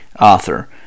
author